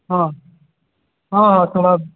ହଁ ହଁ ହଁ ଶୁଣା